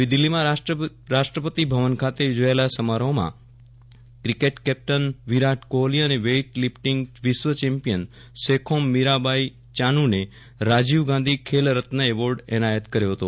નવી દિલ્હીમાં રાષ્ટ્રપતિભવન ખાતે યોજાયેલા સમારોહમાં ક્રિકેટ કેપ્ટન વિરાટ કોહલી અને વેઇટ લીફ્ટીંગ વિશ્વ ચેમ્પીયન શેખોમ મિરાબાઇ ચાનુને રાજીવગાંધી ખેલ રત્ન એવોર્ડ એનાયત કર્યો હતો